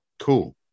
Cool